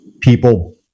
people